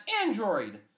Android